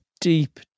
deep